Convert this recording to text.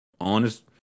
honest